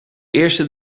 eerste